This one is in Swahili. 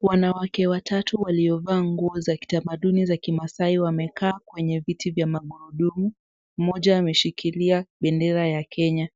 wanawake watatu waliovaa nguo za kitamaduni za kimasai wamekaa kwenye viti ya magurudumu, mmoja ameshikilia bendera ya kenya